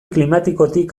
klimatikotik